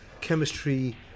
chemistry